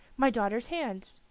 my daughter's hand?